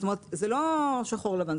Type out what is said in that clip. זאת אומרת, זה לא שחור ולבן.